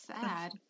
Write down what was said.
sad